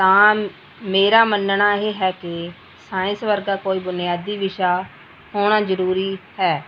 ਤਾਂ ਮੇਰਾ ਮੰਨਣਾ ਇਹ ਹੈ ਕਿ ਸਾਇੰਸ ਵਰਗਾ ਕੋਈ ਬੁਨਿਆਦੀ ਵਿਸ਼ਾ ਹੋਣਾ ਜ਼ਰੂਰੀ ਹੈ